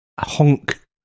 Honk